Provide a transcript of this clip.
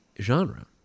genre